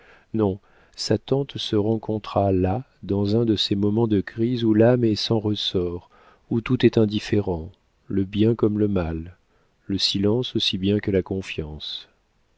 non sa tante se rencontra là dans un de ces moments de crise où l'âme est sans ressort où tout est indifférent le bien comme le mal le silence aussi bien que la confiance